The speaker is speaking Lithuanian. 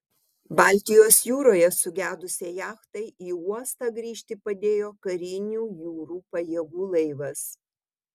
baltijos jūroje sugedusiai jachtai į uostą grįžti padėjo karinių jūrų pajėgų laivas